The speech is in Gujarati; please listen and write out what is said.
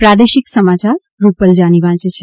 પ્રાદેશિક સમાચાર રૂપલ જાની વાંચે છે